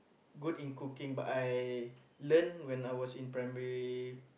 good in cooking but I learn when I was in primary